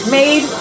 made